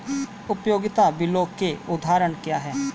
उपयोगिता बिलों के उदाहरण क्या हैं?